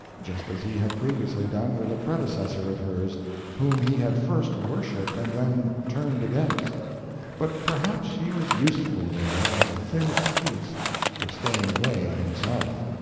just as he had previously done with a predecessor of hers whom he had first worshiped and then turned against but perhaps she was useful there as a thin excuse for staying away himself.